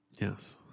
yes